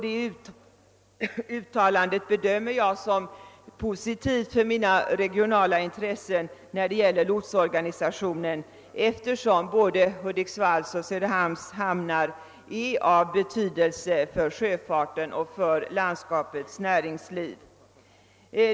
Detta uttalande bedömer jag som positivt för mina regionala intressen när det gäller lotsorganisationen, eftersom både Hudiksvalls och Söderhamns hamnar är av betydelse för sjöfarten och för landskapets näringsliv.